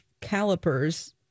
calipers